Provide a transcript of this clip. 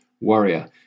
warrior